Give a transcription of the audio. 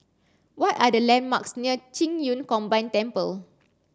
what are the landmarks near Qing Yun Combined Temple